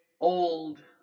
Old